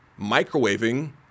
microwaving